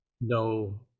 no